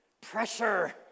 pressure